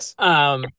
Yes